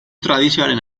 tradizioaren